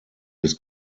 des